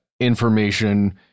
information